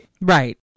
right